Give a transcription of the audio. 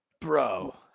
bro